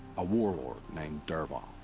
a warlord, named dervahl.